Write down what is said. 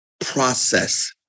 process